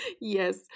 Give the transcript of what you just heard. Yes